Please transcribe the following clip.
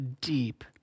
deep